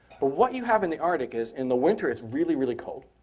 but what you have in the arctic is in the winter it's really, really cold,